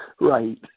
Right